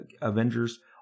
Avengers